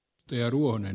puhemies